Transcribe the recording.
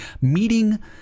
meeting